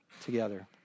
together